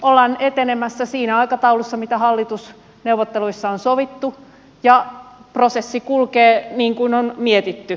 ollaan etenemässä siinä aikataulussa mitä hallitusneuvotteluissa on sovittu ja prosessi kulkee niin kuin on mietitty